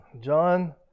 John